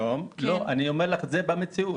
אני אומר לך את זה במציאות.